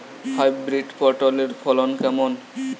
Hybrid পটলের ফলন কেমন?